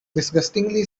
disgustingly